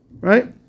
Right